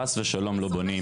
חס ושלום, לא בונים.